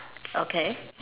okay